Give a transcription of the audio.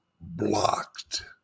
blocked